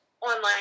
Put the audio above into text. online